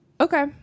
Okay